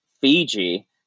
Fiji